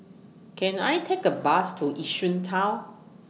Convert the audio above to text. Can I Take A Bus to Yishun Town